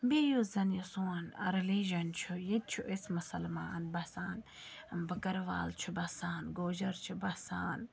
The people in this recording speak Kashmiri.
بیٚیہِ یُس زَن یہِ سون رٔلیٖجَن چھُ ییٚتہِ چھُ أسۍ مُسلمان بَسان بٔکروال چھُ بَسان گوجَر چھِ بَسان